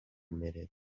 admitted